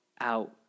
out